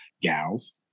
gals